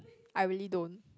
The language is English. I really don't